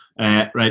Right